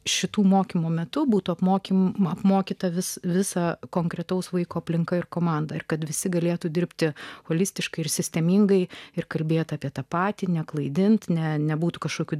šitų mokymų metu būtų apmokymą mokyta vis visa konkretaus vaiko aplinka ir komanda ir kad visi galėtų dirbti holistiškai ir sistemingai ir kalbėti apie tą patį neklaidinti ne nebūtų kažkokių